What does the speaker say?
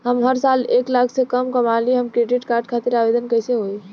हम हर साल एक लाख से कम कमाली हम क्रेडिट कार्ड खातिर आवेदन कैसे होइ?